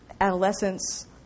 adolescents